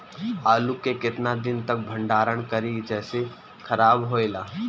आलू के केतना दिन तक भंडारण करी जेसे खराब होएला?